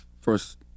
first